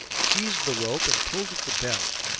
seized the rope, and pulled at the bell.